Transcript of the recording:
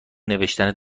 نوشتن